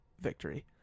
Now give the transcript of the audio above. victory